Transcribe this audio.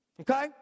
okay